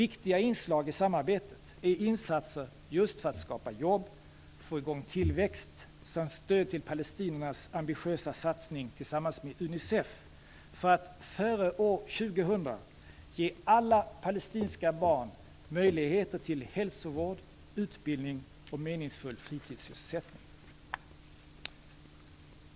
Viktiga inslag i samarbetet är insatser för att skapa jobb, få i gång tillväxt samt stöd till palestiniernas ambitiösa satsning tillsammans med Unicef för att före år 2000 ge alla palestinska barn tillgång till hälsovård, utbildning och meningsfull fritidssysselsättning.